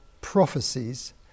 prophecies